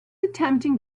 attempting